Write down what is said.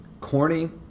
corny